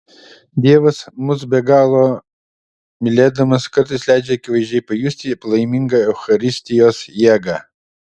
dievas mus be galo mylėdamas kartais leidžia akivaizdžiai pajusti palaimingą eucharistijos jėgą